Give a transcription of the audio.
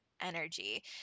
energy